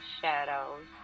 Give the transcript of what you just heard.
shadows